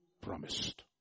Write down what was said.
promised